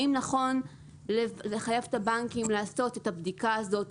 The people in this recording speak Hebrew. האם נכון לחייב את הבנקים לעשות את הבדיקה הזאת,